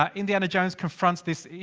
um indiana jones confronts this. you